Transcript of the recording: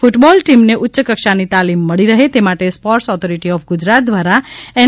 કુટબોલ ટીમને ઉચ્યકક્ષાની તાલીમ મળે રહે તે માટે સ્પોર્ટસ ઓથોરિટી ઓફ ગુજરાત દ્વારા એન